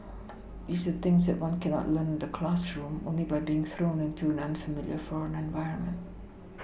these are things that one cannot learn in the classroom only by being thrown into an unfamiliar foreign environment